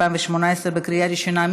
18 והוראת שעה), התשע"ח 2018, בקריאה ראשונה.